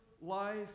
life